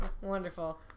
Wonderful